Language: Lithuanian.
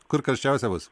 kur karščiausia bus